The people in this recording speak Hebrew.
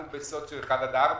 אנחנו בסוציו אחד עד ארבע.